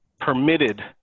permitted